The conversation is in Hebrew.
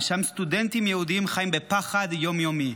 שם סטודנטים יהודים חיים בפחד יום-יומי.